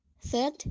Third